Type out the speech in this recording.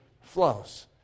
flows